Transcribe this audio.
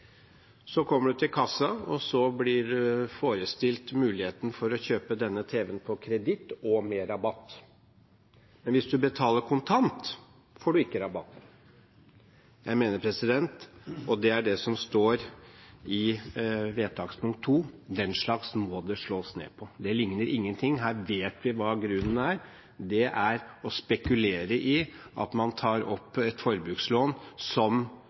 denne tv-en på kreditt og med rabatt. Men hvis man betaler kontant, får man ikke rabatt. Jeg mener – og det er det som står i vedtak II – at den slags må det slås ned på. Det ligner ingen ting. Her vet vi hva grunnen er, og det er å spekulere i at man tar opp et forbrukslån som